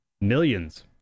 millions